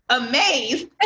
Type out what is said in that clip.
amazed